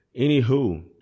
Anywho